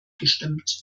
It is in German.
gestimmt